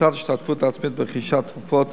הפחתת ההשתתפות העצמית ברכישת תרופות